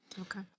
Okay